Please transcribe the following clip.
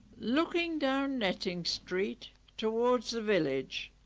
looking down netting street towards the village